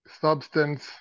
substance